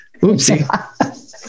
Oopsie